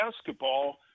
basketball